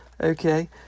Okay